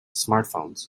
smartphones